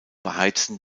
beheizen